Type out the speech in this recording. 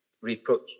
reproach